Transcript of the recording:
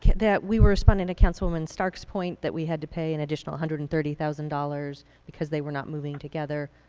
that, we were responding to councilwoman stark's point that we had to pay an additional one hundred and thirty thousand dollars because they were not moving together,